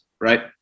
right